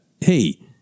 Hey